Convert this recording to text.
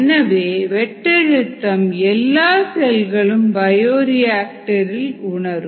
எனவே வெட்டழுத்தம் எல்லா செல்களும் பயோரிஆக்டர் இன் உணரும்